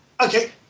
Okay